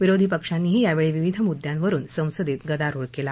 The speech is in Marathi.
विरोधी पक्षांनीही यावेळी विविध मुद्यांवरुन संसदेत गदारोळ केला